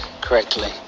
correctly